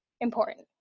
important